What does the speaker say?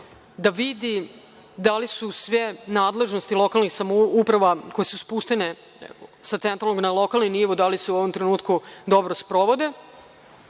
da vidi da li su sve nadležnosti lokalnih samouprava koje su spuštene sa centralnog na lokalni nivo, da li se u ovom trenutku dobro sprovode,